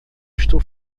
estou